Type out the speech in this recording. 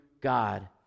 God